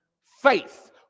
Faith